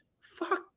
fuck